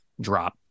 drop